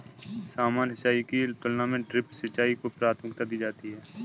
सामान्य सिंचाई की तुलना में ड्रिप सिंचाई को प्राथमिकता दी जाती है